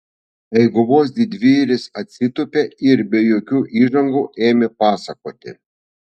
eiguvos didvyris atsitūpė ir be jokių įžangų ėmė pasakoti